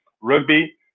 rugby